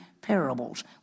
parables